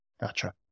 Gotcha